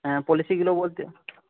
হ্যাঁ পলিশিগুলো বলতে